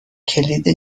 کلید